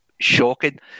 shocking